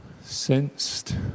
sensed